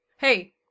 Hey